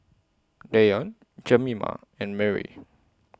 Deion Jemima and Marie